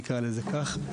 נקרא לזה כך,